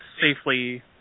safely